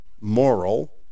moral